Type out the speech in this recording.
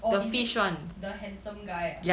oh is it the handsome guy ah